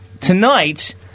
tonight